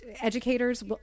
educators